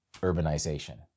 urbanization